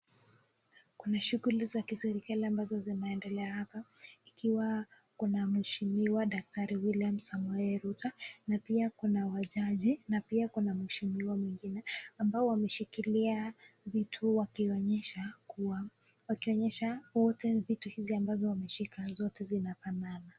Kuna shughuli za kiserikali ambazo zinaendelea hapa ikiwa kuna mheshimiwa daktari Wiliam Samoei Ruto, na pia kuna wajaji na pia kuna mheshimiwa mwingine ambao wameshikilia vitu wakionyesha wote vitu hizi ambazo wameshika zote zinafanana.